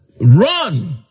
Run